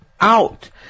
out